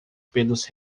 pelos